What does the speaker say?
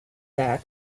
that